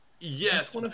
Yes